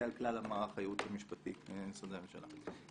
על כלל מערך הייעוץ המשפטי במשרדי הממשלה.